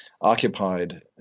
occupied